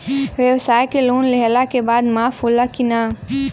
ब्यवसाय के लोन लेहला के बाद माफ़ होला की ना?